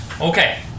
okay